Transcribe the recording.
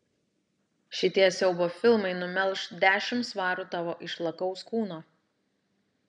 šitie siaubo filmai numelš dešimt svarų tavo išlakaus kūno